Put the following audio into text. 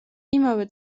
იმავე